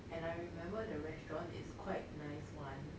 and I remember the restaurant is quite nice [one]